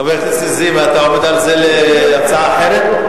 חבר הכנסת זאב, אתה עומד על זה, הצעה אחרת.